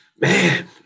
man